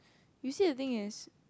you see the thing is